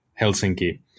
Helsinki